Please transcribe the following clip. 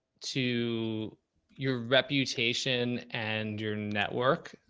to your reputation and your network.